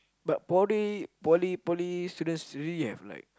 but poly poly poly students really have like